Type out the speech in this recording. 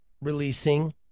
releasing